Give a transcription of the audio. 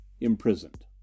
Imprisoned